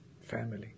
family